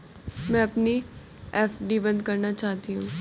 मैं अपनी एफ.डी बंद करना चाहती हूँ